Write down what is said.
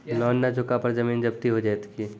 Loan न चुका पर जमीन जब्ती हो जैत की?